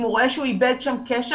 אם הוא רואה שהוא איבד שם קשר,